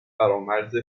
فرامرز